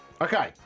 Okay